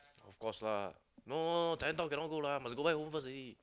of course lah no no Chinatown cannot go lah must go back home first already